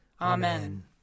Amen